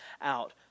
out